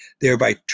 thereby